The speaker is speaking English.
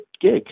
gig